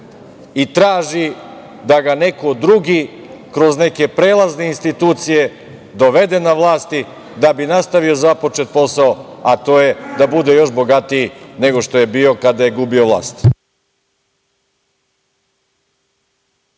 i traži da ga neko drugi kroz neke prelazne institucije dovede na vlast, da bi nastavio započeti posao, a to je da bude još bogatiji nego što je bio kada je gubio vlast.